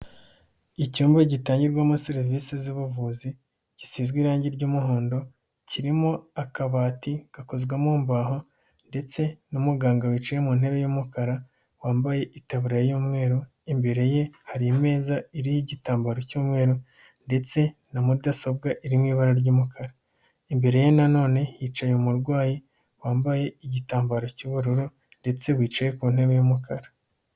Icyumba gitangirwamo serivisi z'ubuvuzi. Gisizwe irangi ry'umuhondo. Kirimo akabati gakozwe mu mbaho ndetse na muganga wicaye mu ntebe y'umukara, wambaye ikaba y'umweru. Imbere ye hari imeza iriho igitambaro cy'umweru ndetse na mudasobwa iri mu ibara ry'umukara. Imbere ye na none hicaye umurwayi wambaye igitambaro cy'ubururu ndetse wicaye ku ntebe y'umukara.